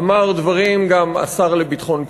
אמר דברים גם השר לביטחון פנים.